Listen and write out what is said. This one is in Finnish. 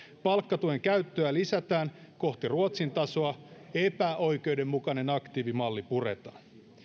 palkkatuen käyttöä lisätään kohti ruotsin tasoa epäoikeudenmukainen aktiivimalli puretaan